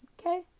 Okay